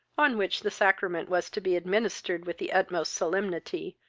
on which the sacrament was to be administered with the utmost solemnity,